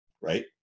Right